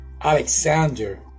Alexander